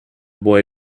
boy